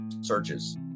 searches